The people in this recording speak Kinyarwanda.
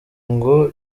ngo